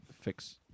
fix